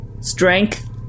strength